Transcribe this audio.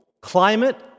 Climate